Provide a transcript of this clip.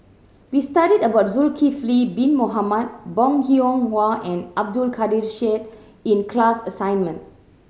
we studied about Zulkifli Bin Mohamed Bong Hiong Hwa and Abdul Kadir Syed in the class assignment